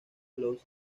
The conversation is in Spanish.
los